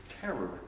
terror